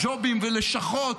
ג'ובים ולשכות,